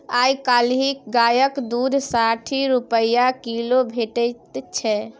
आइ काल्हि गायक दुध साठि रुपा किलो भेटै छै